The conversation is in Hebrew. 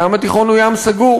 הים התיכון הוא ים סגור.